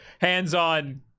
hands-on